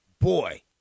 Boy